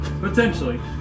Potentially